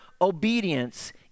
obedience